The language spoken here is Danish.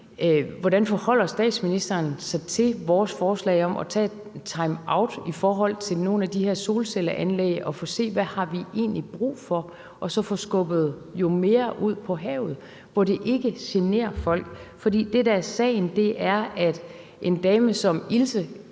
Hvordan forholder statsministeren sig til vores forslag om at tage en timeout i forhold til nogle af de her solcelleanlæg for at se, hvad vi egentlig har brug for, og så få skubbet noget mere af det ud på havet, hvor det ikke generer folk? For det, der er sagen, er, at en dame som Ilse